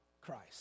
Christ